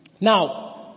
Now